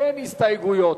אין הסתייגויות.